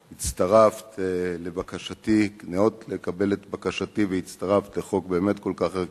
על שניאות לקבל את בקשתי והצטרפת לחוק באמת כל כך ערכי.